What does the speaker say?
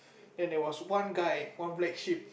then there was one guy one black sheep